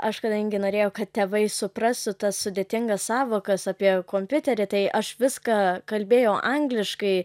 aš kadangi norėjau kad tėvai suprastų tas sudėtingas sąvokas apie kompiuterį tai aš viską kalbėjau angliškai